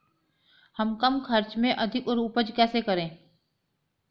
हम कम खर्च में अधिक उपज कैसे करें?